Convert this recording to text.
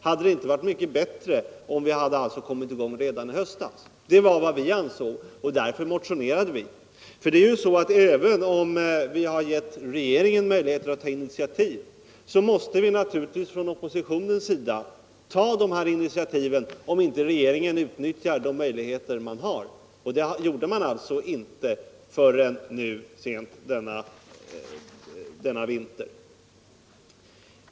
Hade det inte varit mycket bättre om verksamheten hade kommit i gång redan i höstas, så som vi motionerade om? Även om vi har givit regeringen möjligheter att ta initiativ, måste också vi från oppositionens sida ta initiativ när regeringen inte utnyttjar de möjligheter som finns, vilket inte har skett förrän sent under denna vinter.